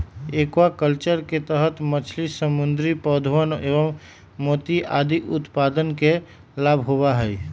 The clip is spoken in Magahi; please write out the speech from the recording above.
एक्वाकल्चर के तहद मछली, समुद्री पौधवन एवं मोती आदि उत्पादन के लाभ होबा हई